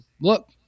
look